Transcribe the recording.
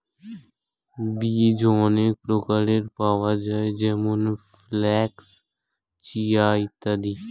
বীজ অনেক প্রকারের পাওয়া যায় যেমন ফ্ল্যাক্স, চিয়া ইত্যাদি